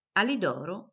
Alidoro